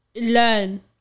learn